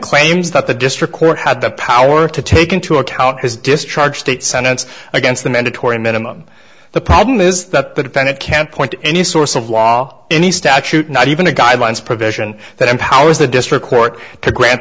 claims that the district court had the power to take into account his discharge state senate against the mandatory minimum the problem is that the defendant can't point to any source of law any statute not even the guidelines provision that empowers the district court to grant